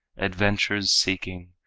adventures seeking,